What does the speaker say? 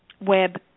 web